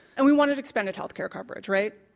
and we wanted expanded health care coverage, right?